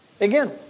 Again